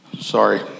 Sorry